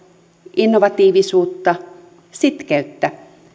innovatiivisuutta sitkeyttä